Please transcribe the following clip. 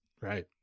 Right